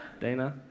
Dana